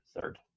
third